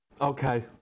Okay